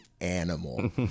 animal